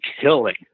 killing